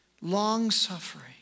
long-suffering